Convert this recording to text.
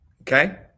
Okay